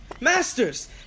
Masters